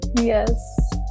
yes